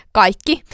kaikki